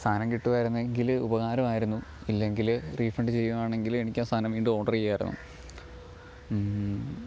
സാധനം കിട്ടുവാരുന്നെങ്കില് ഉപകാരമായിരുന്നു ഇല്ലെങ്കില് റീഫണ്ട് ചെയ്യുവാണെങ്കില് എനിക്ക് സാധനം വീണ്ടും ഓർഡർ ചെയ്യാമായിരുന്നു